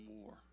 more